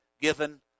given